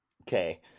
okay